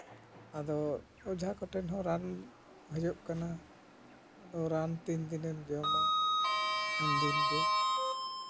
ᱟᱫᱚ ᱚᱡᱷᱟ ᱠᱚᱴᱷᱮᱱ ᱦᱚᱸ ᱨᱟᱱ ᱦᱩᱭᱩᱜ ᱠᱟᱱᱟ ᱟᱫᱚ ᱨᱟᱱ ᱛᱤᱱ ᱫᱤᱱᱮᱢ ᱡᱚᱢᱟ ᱩᱱᱫᱤᱱ ᱜᱮ